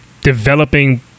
developing